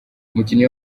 umukinnyi